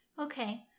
okay